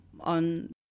on